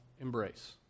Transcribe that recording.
embrace